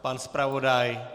Pan zpravodaj?